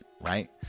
Right